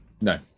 No